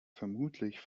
vermutlich